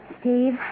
Steve